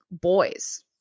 boys